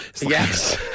Yes